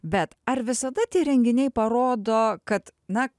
bet ar visada tie renginiai parodo kad na